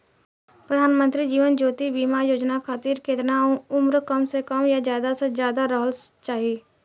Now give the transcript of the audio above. प्रधानमंत्री जीवन ज्योती बीमा योजना खातिर केतना उम्र कम से कम आ ज्यादा से ज्यादा रहल चाहि?